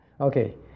Okay